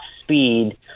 speed